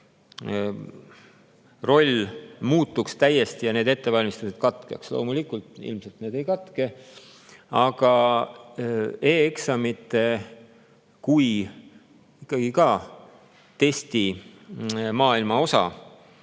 koolikatsumise roll muutuks täiesti ja need ettevalmistused katkeks. Loomulikult ilmselt need ei katke, aga e-eksamite kui testimaailma osa